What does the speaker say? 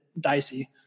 dicey